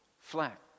flat